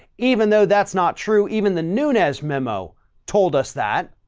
even though that's not true. even the nunes memo told us that.